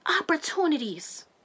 opportunities